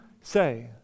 say